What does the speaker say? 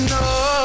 no